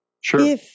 Sure